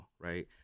right